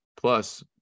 plus